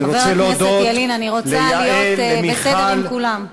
חבר הכנסת ילין, אני רוצה להיות בסדר עם כולם.